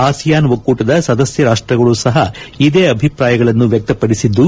ASEAN ಒಕ್ಕೂಟದ ಸದಸ್ನ ರಾಷ್ಟಗಳು ಸಹ ಇದೇ ಅಭಿಪ್ರಾಯಗಳನ್ನು ವ್ಯಕ್ತಪಡಿಸಿದ್ದು